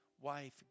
Wife